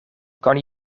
kan